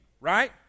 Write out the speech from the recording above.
right